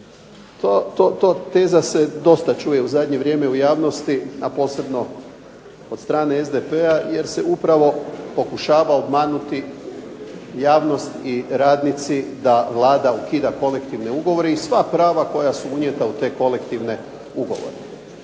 se teza dosta čuje u zadnje vrijeme u javnosti, a posebno od strane SDP-a jer se upravo pokušava obmanuti javnost i radnici da Vlada ukida kolektivne ugovore i sva prava koja su unijeta u te kolektivne ugovore.